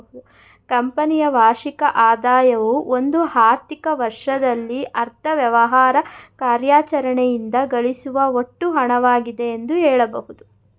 ಕಂಪನಿಯ ವಾರ್ಷಿಕ ಆದಾಯವು ಒಂದು ಆರ್ಥಿಕ ವರ್ಷದಲ್ಲಿ ಅದ್ರ ವ್ಯವಹಾರ ಕಾರ್ಯಾಚರಣೆಯಿಂದ ಗಳಿಸುವ ಒಟ್ಟು ಹಣವಾಗಿದೆ ಎಂದು ಹೇಳಬಹುದು